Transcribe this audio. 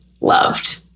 loved